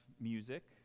music